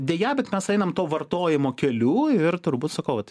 deja bet mes einam to vartojimo keliu ir turbūt sakau vat